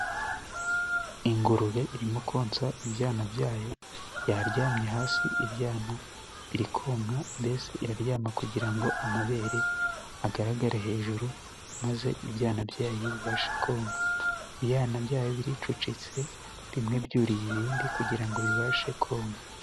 Ingurube irimo konsa ibyana byayo，yaryamye hasi ibyana biri konka， mbese iraryama kugira ngo amabere agaragare hejuru， maze ibyana byayo bibashe konka. ibyana byayo biricucitse bimwe byuriye ibindi kugira ngo bibashe konka.